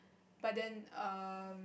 but then um